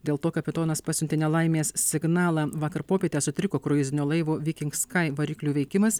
dėl to kapitonas pasiuntė nelaimės signalą vakar popietę sutriko kruizinio laivo viking skai variklių veikimas